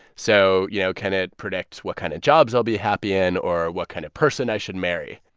so, you know, can it predict what kind of jobs i'll be happy in or what kind of person i should marry?